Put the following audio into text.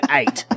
eight